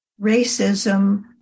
racism